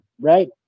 right